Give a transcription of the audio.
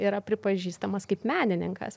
yra pripažįstamas kaip menininkas